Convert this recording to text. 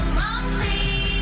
lonely